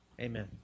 amen